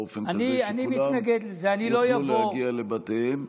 באופן כזה שכולם יוכלו להגיע לבתיהם.